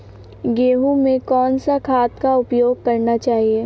गेहूँ में कौन सा खाद का उपयोग करना चाहिए?